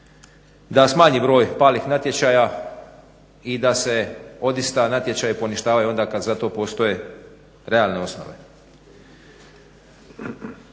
da smanji broj palih natječaja i da se odista natječaji poništavaju onda kad za to postoje realne osnove.